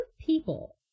people